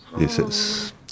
Yes